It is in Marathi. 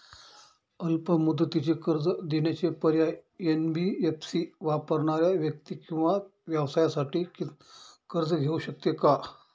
अल्प मुदतीचे कर्ज देण्याचे पर्याय, एन.बी.एफ.सी वापरणाऱ्या व्यक्ती किंवा व्यवसायांसाठी कर्ज घेऊ शकते का?